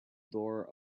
door